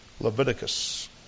Leviticus